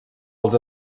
els